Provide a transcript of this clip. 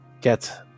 get